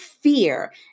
fear